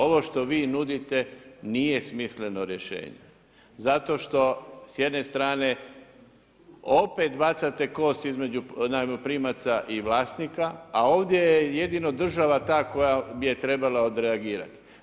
Ovo što vi nudite nije smisleno rješenje zato što s jedne strane opet bacate kost između najmoprimaca i vlasnika, a ovdje je jedino država ta koja je trebala odreagirati.